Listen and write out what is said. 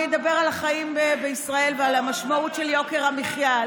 אני אדבר על החיים בישראל ועל המשמעות של יוקר המחיה.